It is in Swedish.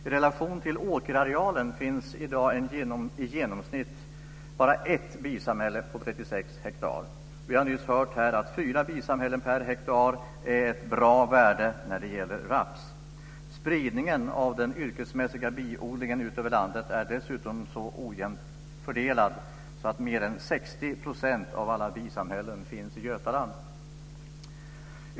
I relation till åkerarealen finns i dag i genomsnitt bara ett bisamhälle på 36 hektar. Vi har nyss hört att fyra bisamhällen per hektar är ett bra värde när det gäller raps. Spridningen av den yrkesmässiga biodlingen ut över landet är dessutom så ojämnt fördelad att mer än 60 % av alla bisamhällen finns i Götaland.